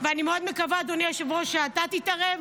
ואני מאוד מקווה, אדוני היושב-ראש, שאתה תתערב.